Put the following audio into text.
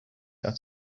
jahr